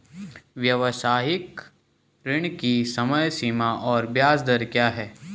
व्यावसायिक ऋण की समय सीमा और ब्याज दर क्या है?